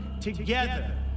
together